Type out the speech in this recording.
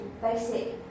basic